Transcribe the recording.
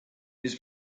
his